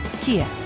Kia